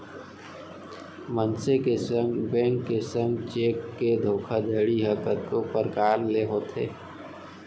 मनसे के संग, बेंक के संग चेक के धोखाघड़ी ह कतको परकार ले होथे